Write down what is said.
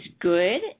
good